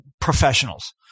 professionals